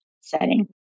setting